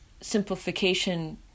simplification